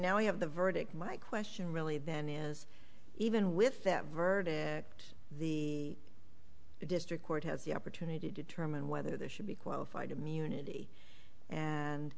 now have the verdict my question really then is even with that verdict the district court has the opportunity to determine whether there should be qualified immunity and